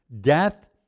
death